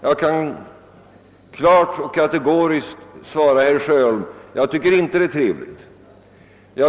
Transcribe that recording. Jag vill klart och kategoriskt svara att jag inte tycker det är trevligt.